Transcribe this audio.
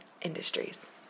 industries